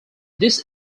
this